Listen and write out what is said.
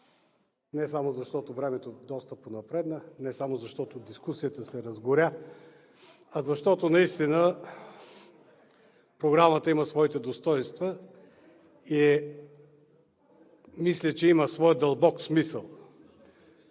не само защото времето доста напредна, не само защото дискусията се разгоря, а защото наистина Програмата има своите достойнства и мисля, че има своя дълбок смисъл.